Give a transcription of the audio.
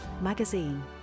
magazine